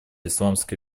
исламской